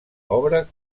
obra